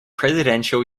presidential